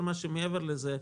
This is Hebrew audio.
כל מה שמעבר לזה,